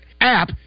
app